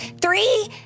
three